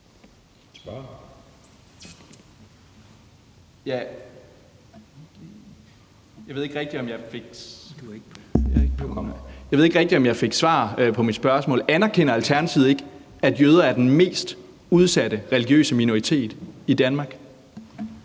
Jeg ved ikke rigtig, om jeg fik svar på mit spørgsmål. Anerkender Alternativet ikke, at jøder er den mest udsatte religiøse minoritet i Danmark?